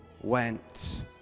went